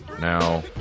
Now